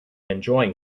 enjoying